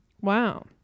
wow